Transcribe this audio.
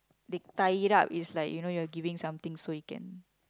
they tie it up is like you know you are giving something so you can